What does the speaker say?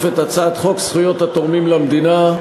את הצעת חוק זכויות התורמים למדינה,